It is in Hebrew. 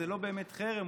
זה לא באמת חרם,